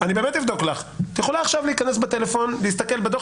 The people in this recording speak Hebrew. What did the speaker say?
את יכולה להיכנס עכשיו מהטלפון ולהסתכל בדו"ח